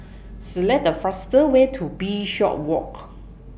Select The faster Way to Bishopswalk